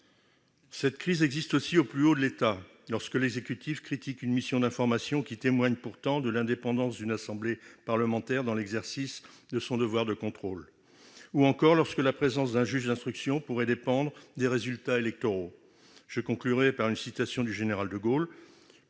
Cette crise existe aussi au plus haut de l'État, lorsque l'exécutif critique une mission d'information qui témoigne pourtant de l'indépendance d'une assemblée parlementaire dans l'exercice de son devoir de contrôle, ou encore lorsque la présence d'un juge d'instruction pourrait dépendre des résultats électoraux. Je conclurais par une citation du général de Gaulle